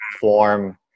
form